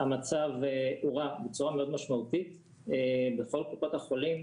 המצב הורע בצורה מאוד משמעותית בכל קופות החולים,